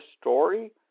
story